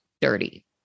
dirty